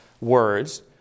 words